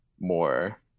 more